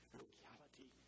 locality